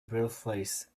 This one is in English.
birthplace